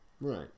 Right